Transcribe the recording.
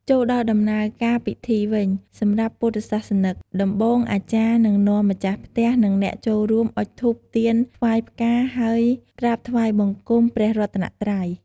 ចូលដល់ដំណើរការពិធីវិញ សម្រាប់ពុទ្ធសាសនិក ដំបូងអាចារ្យនឹងនាំម្ចាស់ផ្ទះ និងអ្នកចូលរួម អុជធូប ទៀន ថ្វាយផ្កា ហើយ វក្រាបថ្វាយបង្គំ ព្រះរតនត្រ័យ។